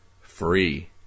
free